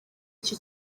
iki